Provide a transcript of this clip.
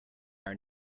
are